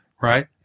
Right